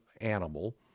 animal